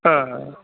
ஆ ஆ